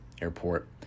airport